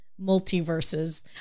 multiverses